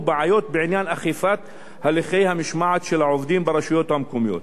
בעיות בעניין אכיפת הליכי המשמעת של העובדים ברשויות המקומיות,